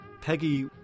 Peggy